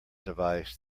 device